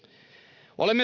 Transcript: olen